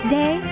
day